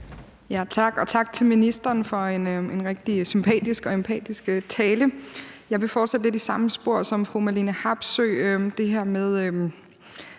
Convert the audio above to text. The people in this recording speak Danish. tak til ministeren for en rigtig sympatisk og empatisk tale. Jeg vil fortsætte lidt i samme spor som fru Marlene Harpsøe,